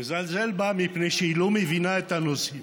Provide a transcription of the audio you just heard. תזלזל בה מפני שהיא לא מבינה את הנושא,